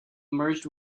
merged